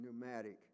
pneumatic